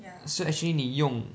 so actually 你用